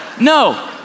no